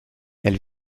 elle